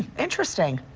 interesting.